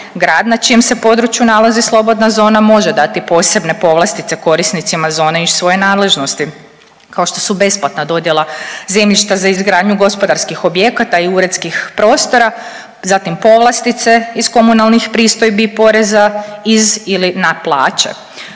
Grad na čijem se području nalazi slobodna zona može dati posebne povlastice korisnicima zone iz svoje nadležnosti kao što su besplatna dodjela zemljišta za izgradnju gospodarskih objekata i uredskih prostora, zatim povlastice iz komunalnih pristojbi i poreza iz ili na plaće.